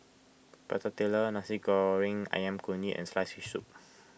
Prata Telur Nasi Goreng Ayam Kunyit and Sliced Fish Soup